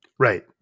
Right